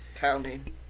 pounding